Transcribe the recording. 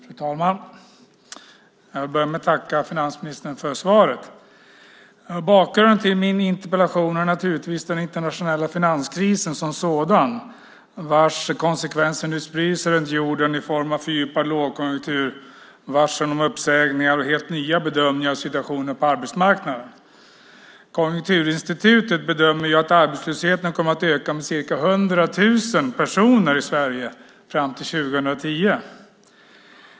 Fru talman! Jag börjar med att tacka finansministern för svaret. Bakgrunden till min interpellation är naturligtvis den internationella finanskrisen som sådan vars konsekvenser nu sprider sig runt jorden i form av fördjupad lågkonjunktur, varsel och uppsägningar och helt nya bedömningar av situationen på arbetsmarknaden. Konjunkturinstitutet bedömer att arbetslösheten i Sverige kommer att öka med ca 100 000 personer fram till 2010.